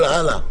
לא התקבלה.